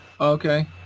Okay